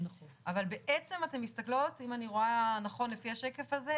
אבל בעצם אתם מסתכלים אם אני רואה נכון לפי השקף הזה,